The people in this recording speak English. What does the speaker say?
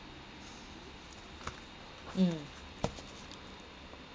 mm